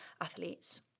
athletes